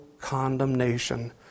condemnation